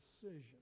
decision